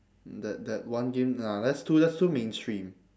that that one game ah that's too that's too mainstream